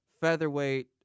featherweight